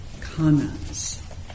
comments